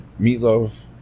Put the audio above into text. meatloaf